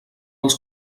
els